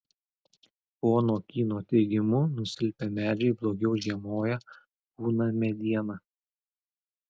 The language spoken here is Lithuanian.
pono kyno teigimu nusilpę medžiai blogiau žiemoja pūna mediena